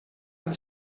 del